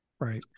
Right